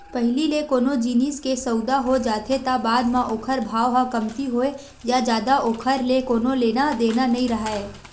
पहिली ले कोनो जिनिस के सउदा हो जाथे त बाद म ओखर भाव ह कमती होवय या जादा ओखर ले कोनो लेना देना नइ राहय